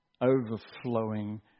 overflowing